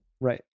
Right